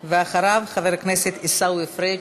ואחריו, חבר הכנסת עיסאווי פריג'.